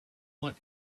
what